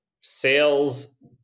sales